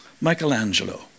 Michelangelo